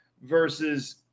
versus